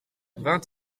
vingt